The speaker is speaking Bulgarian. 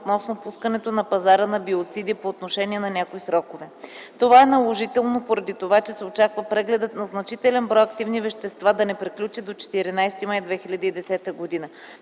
относно пускането на пазара на биоциди по отношение на някои срокове. Това е наложително, поради това, че се очаква прегледът на значителен брой активни вещества да не приключи до 14 май 2010 г.